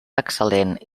excel·lent